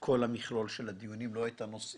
כל המכלול של הדיונים לא את הנושאים,